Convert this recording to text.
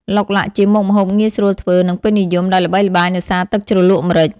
ឡុកឡាក់ជាមុខម្ហូបងាយស្រួលធ្វើ និងពេញនិយម ដែលល្បីល្បាញដោយសារទឹកជ្រលក់ម្រេច ។